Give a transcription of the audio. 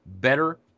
better